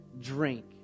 drink